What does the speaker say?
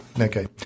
Okay